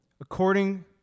according